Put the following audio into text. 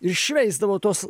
ir šveisdavo tuos